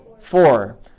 four